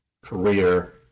career